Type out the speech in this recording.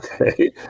Okay